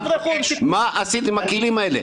מה עשיתם לכלים האלה?